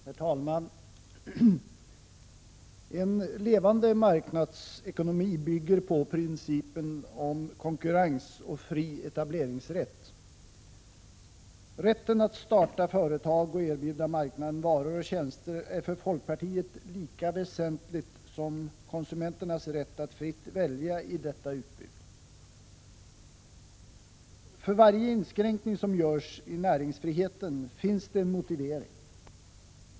Herr talman! En levande marknadsekonomi bygger på principen om konkurrens och fri etableringsrätt. Rätten att starta företag och erbjuda marknaden varor och tjänster är för folkpartiet lika väsentlig som konsumenternas rätt att fritt välja i detta utbud. För varje inskränkning som görs i näringsfriheten finns det en motivering.